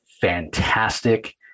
fantastic